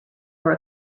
were